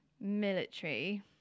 military